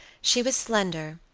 she was slender,